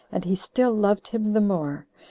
and he still loved him the more,